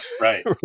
Right